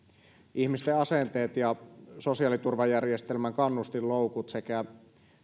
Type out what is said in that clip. ihmisten asenteet ja sosiaaliturvajärjestelmän kannustinloukut sekä